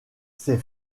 ses